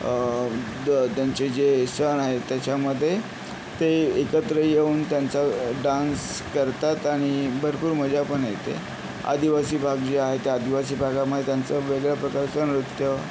त्यांचे जे सण आहेत त्याच्यामध्ये ते एकत्र येऊन त्यांचा डान्स करतात आणि भरपूर मजा पण येते आदिवासी भाग जे आहे त्या आदिवासी भागामध्ये त्यांचं वेगळ्या प्रकारचं नृत्य